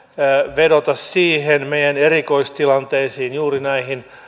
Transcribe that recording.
vedota niihin meidän erikoistilanteisiimme juuri näihin